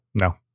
no